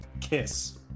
Kiss